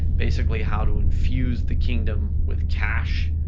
basically how to infuse the kingdom with cash,